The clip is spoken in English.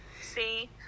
see